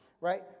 right